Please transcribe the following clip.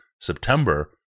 September